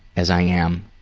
as i am.